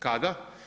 Kada?